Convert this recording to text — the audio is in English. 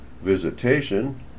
visitation